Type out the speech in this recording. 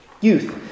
youth